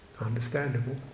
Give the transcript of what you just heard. understandable